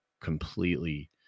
completely